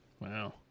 wow